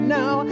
now